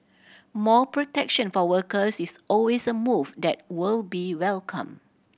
more protection for workers is always a move that will be welcomed